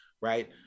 right